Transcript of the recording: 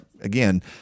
again